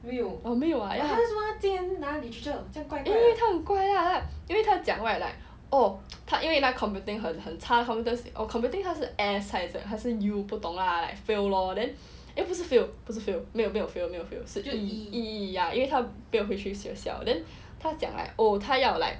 oh 没有 ah 因为他很怪 lah 因为他讲 right like oh 他因为 computing 很差 computing 他是 S 还是 U 我不懂 lah like fail lor eh 不是 fail 没有没有 fail 就 E ya 因为他不要回去学校 then 他讲 like oh 他要 like